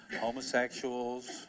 homosexuals